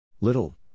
Little